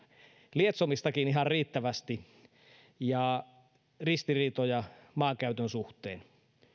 lietsomistakin on ihan riittävästi ja ristiriitoja maankäytön suhteen